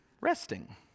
resting